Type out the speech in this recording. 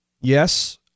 Yes